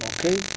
Okay